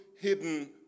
hidden